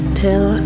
till